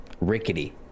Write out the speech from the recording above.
rickety